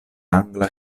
angla